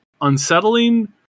unsettling